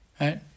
Right